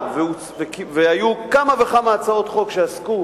היו כמה וכמה הצעות חוק שעסקו